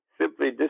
simply